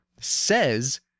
says